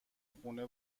خونه